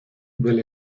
del